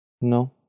No